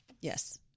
Yes